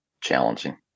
challenging